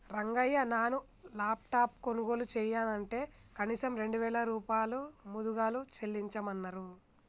రంగయ్య నాను లాప్టాప్ కొనుగోలు చెయ్యనంటే కనీసం రెండు వేల రూపాయలు ముదుగలు చెల్లించమన్నరు